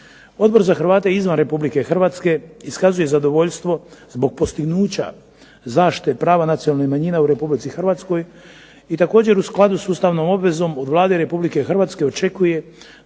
Odbor za Hrvate izvan Republike Hrvatske iskazuje zadovoljstvo zbog postignuća zaštite prava nacionalnih manjina u Republici Hrvatskoj i također u skladu s ustavnom obvezom od Vlade Republike Hrvatske očekuje